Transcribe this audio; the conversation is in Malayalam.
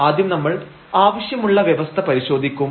ആദ്യം നമ്മൾ ആവശ്യമുള്ള വ്യവസ്ഥ പരിശോധിക്കും